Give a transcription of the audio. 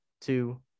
two